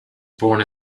born